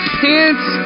pants